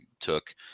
took